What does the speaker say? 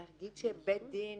להגיד שבית דין,